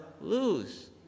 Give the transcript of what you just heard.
lose